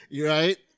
right